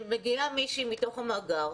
שמגיעה מישהי מתוך המאגר,